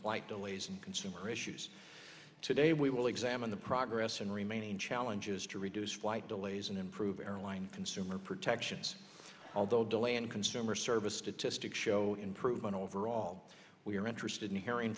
flight delays and consumer issues today we will examine the progress and remaining challenges to reduce flight delays and improve airline consumer protections although delay and consumer service statistic show improvement overall we are interested in hearing